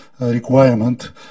requirement